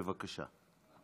בבקשה.